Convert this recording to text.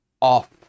off